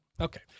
Okay